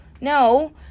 no